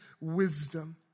wisdom